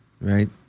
right